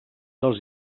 dels